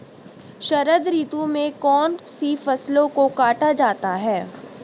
शरद ऋतु में कौन सी फसलों को काटा जाता है?